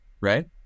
right